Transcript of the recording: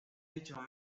dicho